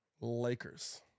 Lakers